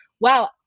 Wow